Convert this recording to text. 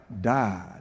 died